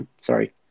Sorry